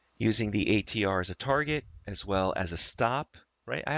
using the atr as a target, as well as a stop, right?